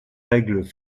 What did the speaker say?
règles